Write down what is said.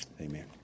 Amen